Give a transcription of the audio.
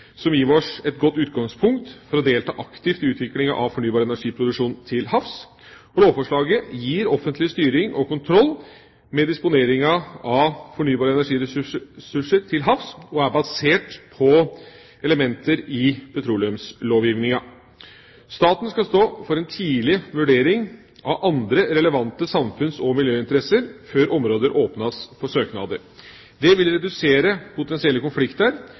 som gir oss et godt utgangspunkt for å delta aktivt i utviklinga av fornybar energiproduksjon til havs. Lovforslaget gir offentlig styring og kontroll med disponeringa av fornybare energiressurser til havs og er basert på elementer i petroleumslovgivinga. Staten skal stå for en tidlig vurdering av andre relevante samfunns- og miljøinteresser før områder åpnes for søknader. Det vil redusere potensielle konflikter,